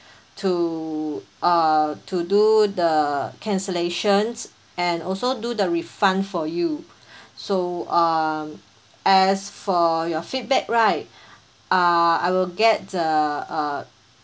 to uh to do the cancellations and also do the refund for you so um as for your feedback right uh I will get the uh